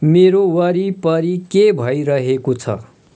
मेरो वरिपरि के भइरहेको छ